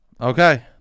Okay